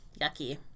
yucky